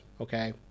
okay